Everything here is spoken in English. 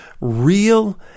real